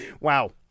Wow